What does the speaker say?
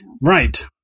Right